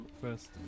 First